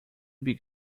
big